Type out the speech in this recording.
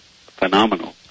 phenomenal